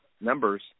numbers